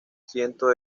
cientos